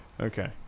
okay